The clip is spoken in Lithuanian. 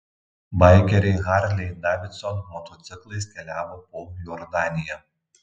baikeriai harley davidson motociklais keliavo po jordaniją